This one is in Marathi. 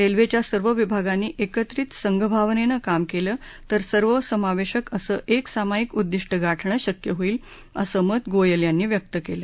रेल्वेच्या सर्व विभागांनी एकत्रित संघभावनेनं काम केलं तर सर्वसमावेशक असं एकसामायिक उद्दिष्ट गाठणं शक्य होईल असं मत गोयल यांनी व्यक्त केलं